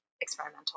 experimental